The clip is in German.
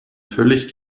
völlig